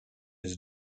his